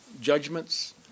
judgments